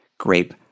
grape